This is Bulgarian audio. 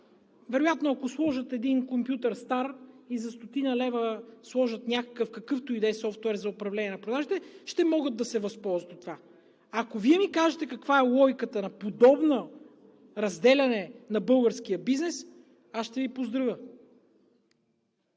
вероятно ако сложат един стар компютър и за стотина лева сложат някакъв, какъвто и да софтуер за управление на продажбите, ще могат да се възползват от това. Ако Вие ми кажете каква е логиката на подобно разделяне на българския бизнес, аз ще Ви поздравя.